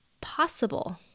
possible